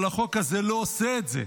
אבל החוק הזה לא עושה את זה,